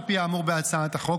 על פי האמור בהצעת החוק,